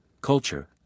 culture